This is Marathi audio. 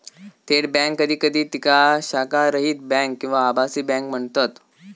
थेट बँक कधी कधी तिका शाखारहित बँक किंवा आभासी बँक म्हणतत